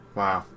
wow